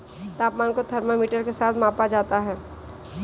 तापमान को थर्मामीटर के साथ मापा जाता है